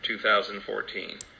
2014